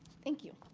thank you.